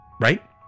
right